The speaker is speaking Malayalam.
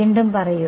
വീണ്ടും പറയൂ